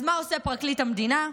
אז מה עושה פרקליט המדינה?